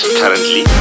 currently